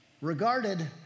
regarded